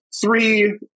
three